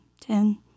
ten